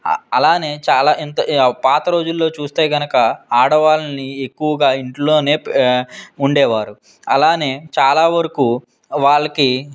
అలానే చాలా ఎంత పాత రోజుల్లో చూస్తే కనుక ఆడవాళ్ళని ఎక్కువగా ఇంట్లోనే ఉండేవారు అలానే చాలా వరకు వాళ్ళకి